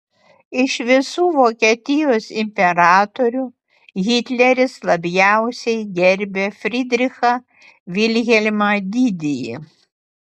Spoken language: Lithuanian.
iš visų vokietijos imperatorių hitleris labiausiai gerbė fridrichą vilhelmą didįjį